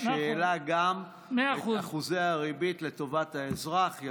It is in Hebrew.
שהעלו גם את אחוזי הריבית לטובת האזרח.